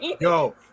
Yo